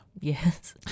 Yes